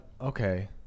Okay